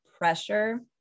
Pressure